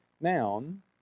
noun